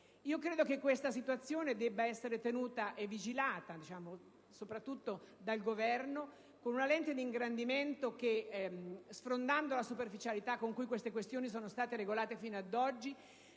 Credo che questa situazione debba essere vigilata, soprattutto dal Governo, con una lente di ingrandimento che, sfrondando la superficialità con cui tali questioni sono state regolate fino ad oggi,